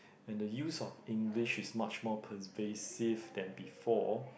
and the use of English is much more pervasive than before